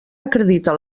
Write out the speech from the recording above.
acredita